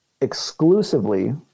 exclusively